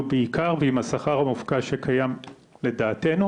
בעיקר ועם השכר המופקע שקיים לדעתנו,